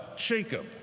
Jacob